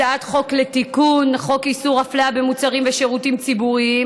הצעה לתיקון חוק איסור אפליה במוצרים ושירותים ציבוריים